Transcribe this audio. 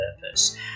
purpose